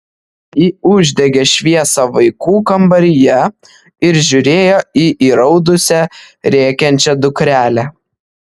ji uždegė šviesą vaikų kambaryje ir žiūrėjo į įraudusią rėkiančią dukrelę